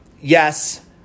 Yes